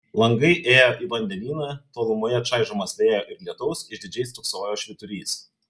langai ėjo į vandenyną tolumoje čaižomas vėjo ir lietaus išdidžiai stūksojo švyturys